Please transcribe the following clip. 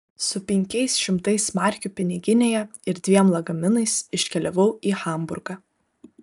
su penkiais šimtais markių piniginėje ir dviem lagaminais iškeliavau į hamburgą